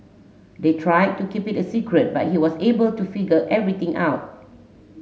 they tried to keep it a secret but he was able to figure everything out